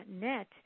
net